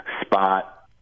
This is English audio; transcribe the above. spot